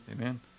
Amen